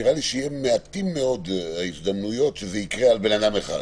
נראה לי שיהיו מעטות מאוד ההזדמנויות שזה יקרה לבן אדם אחד.